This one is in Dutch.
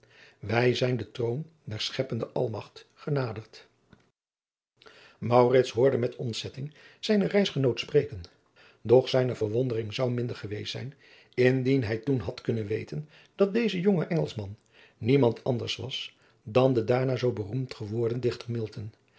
wij zijn den troon der scheppende almagt genaderd maurits hoorde met ontzetting zijnen reisgenoot spreken doch zijne verwondering zou minder geweest zijn indien hij toen had kunnen weten dat deze jonge engelschman niemand anders was dan de daarna zoo beroemd geworden dichter